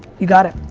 you got it.